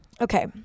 Okay